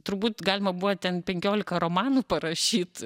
turbūt galima buvo ten penkiolika romanų parašyt